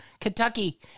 Kentucky